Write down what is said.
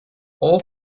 all